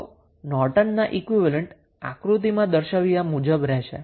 તો નોર્ટનનો ઈક્વીવેલેન્ટ આક્રુતિમાં દર્શાવ્યા મુજબ મળશે